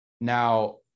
Now –